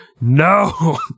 No